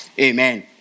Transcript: Amen